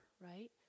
right